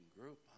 group